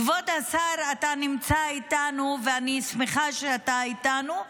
כבוד השר, אתה נמצא איתנו, ואני שמחה שאתה איתנו.